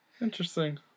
Interesting